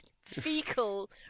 fecal